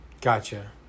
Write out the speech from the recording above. Gotcha